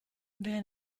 wer